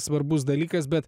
svarbus dalykas bet